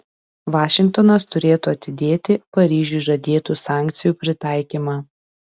vašingtonas turėtų atidėti paryžiui žadėtų sankcijų pritaikymą